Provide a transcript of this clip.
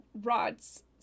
Rod's